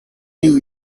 new